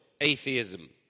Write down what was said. atheism